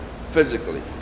physically